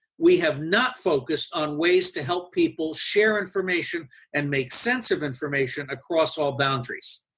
we have not focused on ways to help people share information and make sense of information across all boundaries.